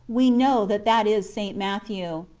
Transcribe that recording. we know that that is st. matthew.